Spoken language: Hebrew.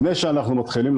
לפני שאנחנו מתחילים,